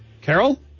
Carol